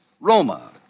Roma